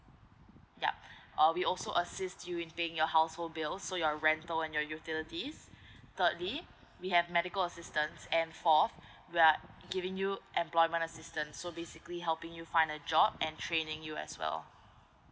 yup uh we also assist you in paying your household bill so your rental and your utilities thirdly we have medical assistance and forth we are giving you employment assistance so basically helping you find a job and training you as well